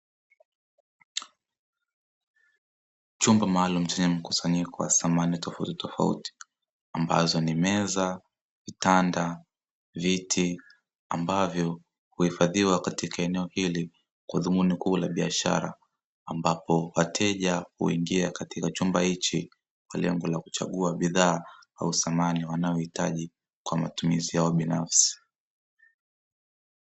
Chumba maalumu chenye mkusanyiko wa samani tofautitofauti, ambazo ni; meza, vitanda, viti ambavyo huifadhiwa katika eneo hili kwa dhumuni kubwa la biashara, ambapo wateja huingia katika chumba hichi Kwa lengo la kuchagua bidhaa au samani anayohitaji kwa matumizi yao binafsi.